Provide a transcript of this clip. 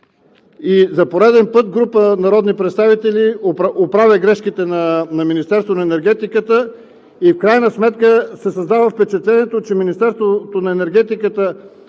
За пореден път група народни представители оправя грешките на Министерството на енергетиката. В крайна сметка се създава впечатлението, че Министерството на енергетиката